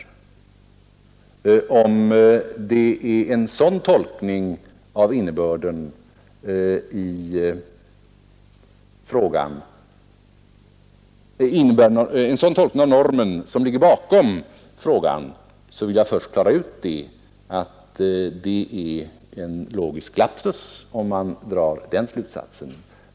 Om det är en sådan tolkning av normen som ligger bakom frågan vill jag till att börja med fastslå att det är en logisk lapsus att dra den slutsatsen.